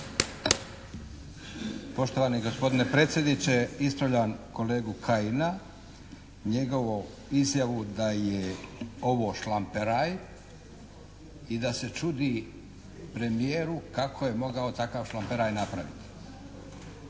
Poštovani gospodine predsjedniče ispravljam kolegu Kajina, njegovu izjavu da je ovo šlamperaj i da se čudi premijeru kako je mogao takav šlamperaj napraviti.